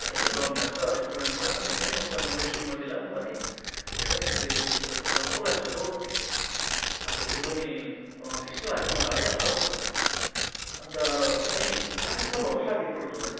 है रङ गएको छ अलिक पुरानो पुरानो देख्ने पनि भएको छ अनि मैले श्रीमतीलाई पनि भनेँ हेर मेरो त यो रङ पो गएको छ त हौ भनेँ अन्त उसले पनि अँ त्यस्तै लाग्छ मलाई होइन होला हौ भनेँ अन्त र पनि पुरानो भएको जस्तो लाग्यो एकपल्ट धुँदा